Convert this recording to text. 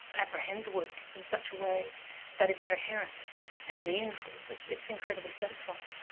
apprehend the work in such a way that it's coherent and meaningful, it's it's incredibly satisfying.